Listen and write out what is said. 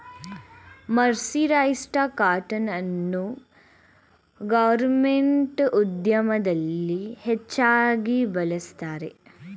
mercerised cotton ಅನ್ನು garments ಉದ್ಯಮದಲ್ಲಿ ಹೆಚ್ಚಾಗಿ ಬಳ್ಸತ್ತರೆ